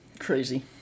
crazy